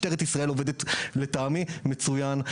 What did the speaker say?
לטעמי, ממשלת ישראל עובדת באופן מצוין.